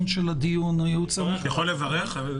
אפשר לברך?